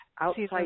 outside